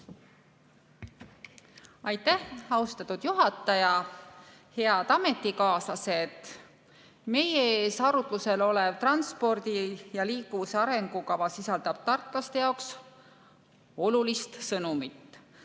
Aitäh, austatud juhataja! Head ametikaaslased! Meie ees arutlusel olev transpordi ja liikuvuse arengukava sisaldab tartlaste jaoks olulist sõnumit: